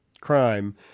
crime